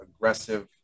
aggressive